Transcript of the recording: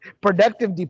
productive